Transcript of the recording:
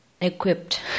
equipped